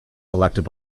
elected